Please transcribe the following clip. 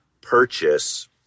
purchase